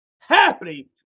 happening